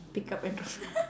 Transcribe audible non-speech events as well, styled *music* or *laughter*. pick up and drop *laughs*